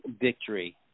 victory